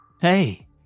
Hey